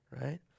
right